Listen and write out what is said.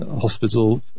Hospital